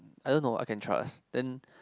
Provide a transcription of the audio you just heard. I don't know I can trust then